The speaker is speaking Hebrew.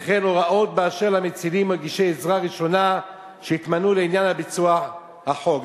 וכן הוראות באשר למצילים ומגישי עזרה ראשונה שיתמנו לעניין ביצוע החוק.